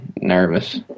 nervous